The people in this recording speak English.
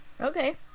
Okay